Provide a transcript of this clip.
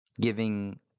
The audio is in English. giving